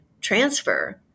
transfer